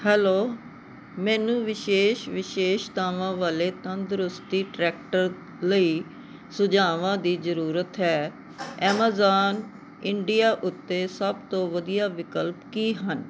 hello ਮੈਨੂੰ ਵਿਸ਼ੇਸ਼ ਵਿਸ਼ੇਸ਼ਤਾਵਾਂ ਵਾਲੇ ਤੰਦਰੁਸਤੀ ਟਰੈਕਟਰ ਲਈ ਸੁਝਾਵਾਂ ਦੀ ਜ਼ਰੂਰਤ ਹੈ ਐਮਾਜ਼ਾਨ ਇੰਡੀਆ ਉੱਤੇ ਸਭ ਤੋਂ ਵਧੀਆ ਵਿਕਲਪ ਕੀ ਹਨ